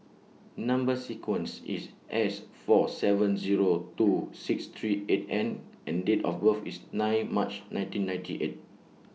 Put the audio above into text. Number sequence IS S four seven Zero two six three eight N and Date of birth IS nine March nineteen ninety eight